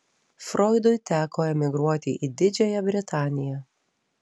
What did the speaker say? froidui teko emigruoti į didžiąją britaniją